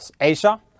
Asia